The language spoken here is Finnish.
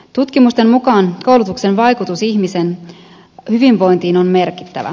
tutkimusten mukaan koulutuksen vaikutus ihmisen hyvinvointiin on merkittävä